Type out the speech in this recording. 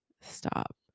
stop